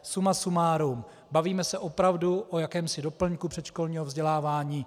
Suma sumárum, bavíme se opravdu o jakémsi doplňku předškolního vzdělávání.